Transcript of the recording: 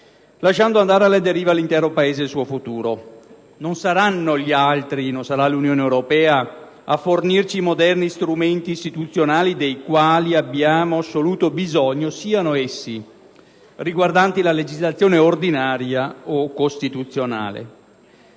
lasciando andare alla deriva l'intero Paese e il suo futuro. Non saranno gli altri, non sarà l'Unione europea, a fornirci i moderni strumenti istituzionali dei quali abbiamo assoluto bisogno, siano essi riguardanti la legislazione ordinaria o costituzionale.